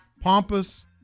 Pompous